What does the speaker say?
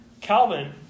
Calvin